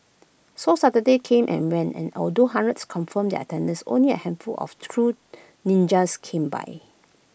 so Saturday came and went and although hundreds confirmed their attendance only A handful of true ninjas came by